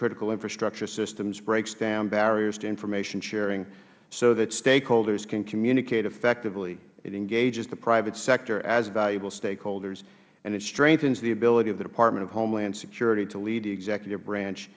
critical infrastructure systems breaks down barriers to information sharing so that stakeholders can communicate effectively it engages the private sector as valuable stakeholders and strengthens the ability of the department of homeland security to lead the executive branch